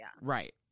Right